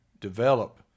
develop